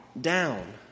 down